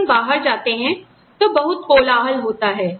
जब हम बाहर जाते हैं तो बहुत कोलाहल होता है